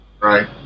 Right